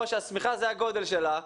גודל השמיכה הוא כגודל החלטת הממשלה,